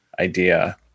idea